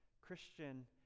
christian